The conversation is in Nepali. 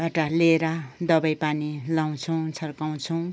बाट ल्याएर दबाई पानी लाउँछौँ छर्काउँछौँ